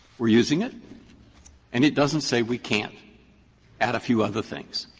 we're using it and it doesn't say we can't add a few other things.